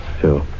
two